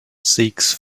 seeks